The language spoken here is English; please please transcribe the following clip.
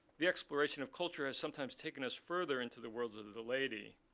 the exploration of culture has sometimes taken us further into the world of the the laity,